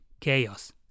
chaos